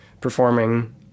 performing